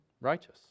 righteous